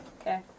Okay